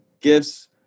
gifts